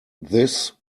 this